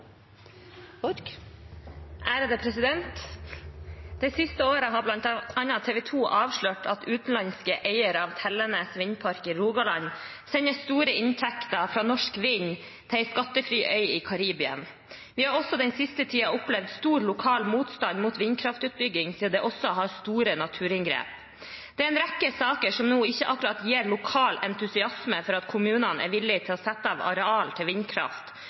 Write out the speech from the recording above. Det siste året har bl.a. TV2 avslørt at utenlandske eiere av Tellenes vindpark i Rogaland sender store inntekter fra norsk vind til en skattefri øy i Karibia. Vi har også den siste tiden opplevd stor lokal motstand mot vindkraftutbygging siden det gir store naturinngrep. Det er en rekke saker som nå ikke akkurat gir lokal entusiasme for at kommunene er villige til å sette av areal til vindkraft,